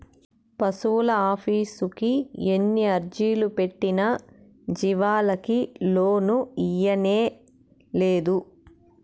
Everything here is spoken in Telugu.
పశువులాఫీసుకి ఎన్ని అర్జీలు పెట్టినా జీవాలకి లోను ఇయ్యనేలేదు